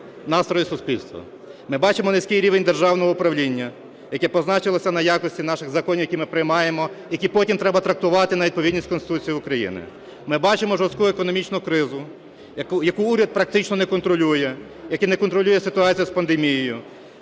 настрої суспільства, ми бачимо низький рівень державного управління, яке позначилося на якості наших законів, які ми приймаємо, які потім треба трактувати на відповідність Конституції України. Ми бачимо жорстку економічну кризу, яку уряд практично не контролює, як і не контролює ситуацію із пандемією.